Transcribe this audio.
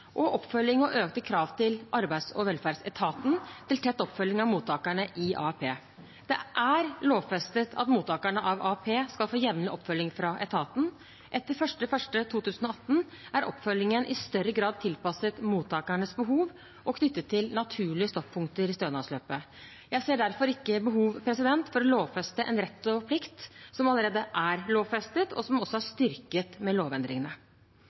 og oppfølging og økte krav til arbeids- og velferdsetaten om tett oppfølging av mottakerne av AAP. Det er lovfestet at mottakerne av AAP skal få jevnlig oppfølging fra etaten. Etter 1. januar 2018 er oppfølgingen i større grad tilpasset mottakernes behov og knyttet til naturlige stoppunkter i stønadsløpet. Jeg ser derfor ikke noe behov for å lovfeste en rett til og plikt som allerede er lovfestet, og som også er styrket med lovendringene.